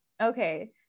Okay